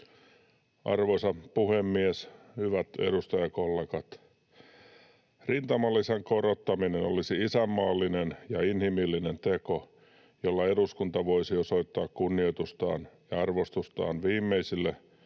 Arvoisa puhemies! Hyvät edustajakollegat! Rintamalisän korottaminen olisi isänmaallinen ja inhimillinen teko, jolla eduskunta voisi osoittaa kunnioitustaan ja arvostustaan viimeisille